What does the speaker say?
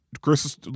Chris